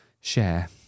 share